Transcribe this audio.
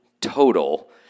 total